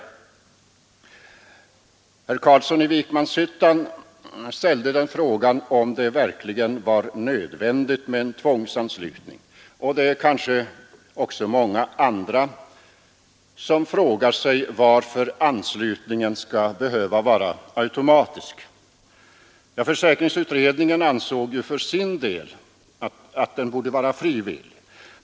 Herr Carlsson i Vikmanshyttan frågade om det verkligen var nödvändigt med tvångsanslutning, och många andra frågar sig kanske också varför anslutningen skall behöva vara automatisk — försäkringsutredningen ansåg ju för sin del att den borde vara frivillig.